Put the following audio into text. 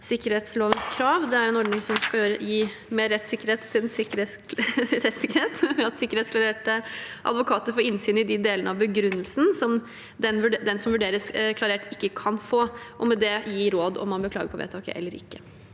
sikkerhetslovens krav. Det er en ordning som skal gi mer rettssikkerhet ved at sikkerhetsklarerte advokater får innsyn i de delene av begrunnelsen som den som vurderes klarert, ikke kan få, og med det kan gi råd om man bør klage på vedtaket eller ikke.